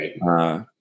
right